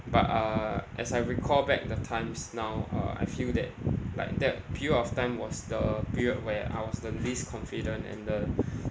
but uh as I recall back the times now uh I feel that like that period of time was the period where I was the least confident and the